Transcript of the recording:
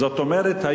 זאת אומרת,